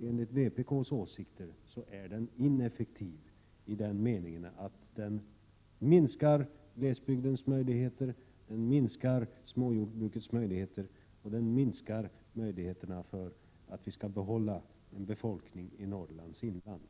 Enligt vpk:s åsikter är den ineffektiv i den meningen, att den minskar glesbygdens möjligheter, minskar småjordbrukets möjligheter och minskar möjligheterna att behålla en befolkning i Norrlands inland.